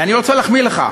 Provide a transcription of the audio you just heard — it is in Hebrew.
ואני רוצה להחמיא לך,